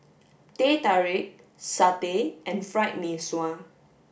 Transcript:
teh tarik satay and fried mee sua